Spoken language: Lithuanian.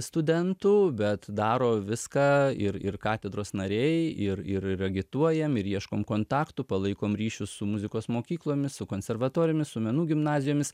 studentų bet daro viską ir ir katedros nariai ir ir ir agituojam ir ieškom kontaktų palaikom ryšius su muzikos mokyklomis su konservatorijomis su menų gimnazijomis